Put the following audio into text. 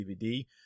DVD